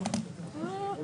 אני